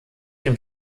dem